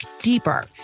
deeper